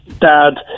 dad